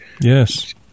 Yes